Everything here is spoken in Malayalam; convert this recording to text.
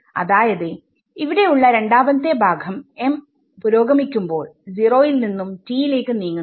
അതായത് ഇവിടെ ഉള്ള രണ്ടാമത്തെ ഭാഗം m പുരോഗമിക്കുമ്പോൾ0 യിൽ നിന്നും t യിലേക്ക് നീങ്ങുന്നു